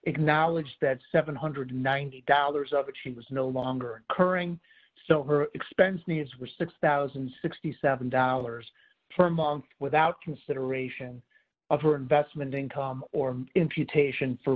acknowledge that seven hundred and ninety dollars of which he was no longer currying so her expense needs were six thousand and sixty seven dollars per month without consideration of her investment income or